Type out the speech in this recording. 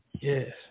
Yes